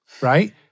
right